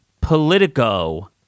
Politico